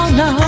no